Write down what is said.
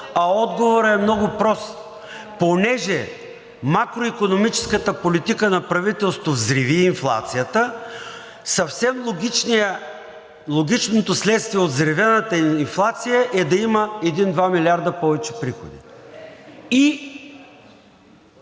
А отговорът е много прост. Понеже макроикономическата политика на правителството взриви инфлацията, съвсем логичното следствие от взривената инфлация е да има един-два милиарда повече приходи и